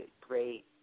great